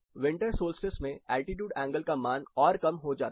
winter solstice में altitude angle का मान और कम हो जाता है